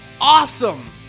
awesome